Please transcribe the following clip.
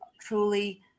truly